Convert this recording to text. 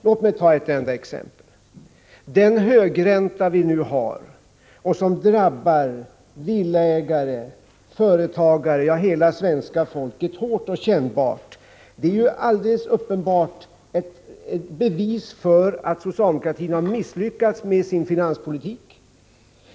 Låt mig ta ett enda exempel: Den högränta vi nu har, som drabbar villaägare, företagare, ja, hela svenska folket, hårt och kännbart, är alldeles uppenbart ett bevis för att socialdemokratin har misslyckats med sin finanspolitik.